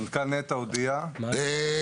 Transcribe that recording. מנכ"ל נת"ע הודיע --- סליחה,